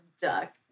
duck